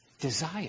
Desire